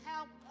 Help